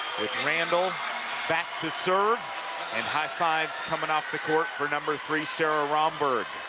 with randall back to serve and high fives coming off the court for number three, sara rhomberg.